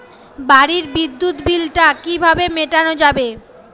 বাড়ির বিদ্যুৎ বিল টা কিভাবে মেটানো যাবে?